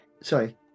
Sorry